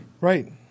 Right